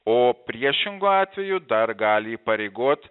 o priešingu atveju dar gali įpareigot